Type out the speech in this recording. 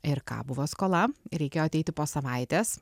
ir ką buvo skola reikėjo ateiti po savaitės